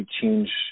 change